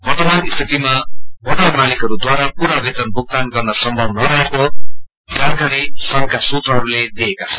वर्तमान स्थितिमा होटल मालिकहरूद्वारा पूरा वेनत भुगतान गर्न सम्भव नरहेको जानकारी संघका सूत्रहरूले दिएका छन्